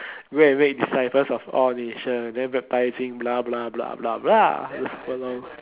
wait wait disciples of all nation then whereby they say blah blah blah blah